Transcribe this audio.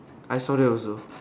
I saw that also